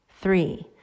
Three